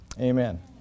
Amen